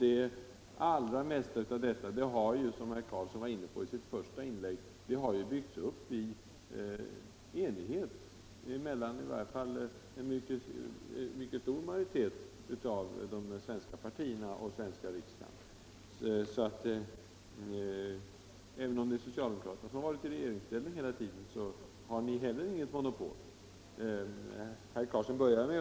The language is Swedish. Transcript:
Det allra mesta av detta har, som herr Karlsson var inne på i sitt första inlägg, byggts upp i enighet av en stor majoritet av svenska partier och riksdagsmän. Herr Karlsson började med att säga att folkpartiet inte hade något monopol på åtgärder för barnfamiljerna.